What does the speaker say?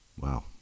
Wow